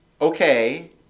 okay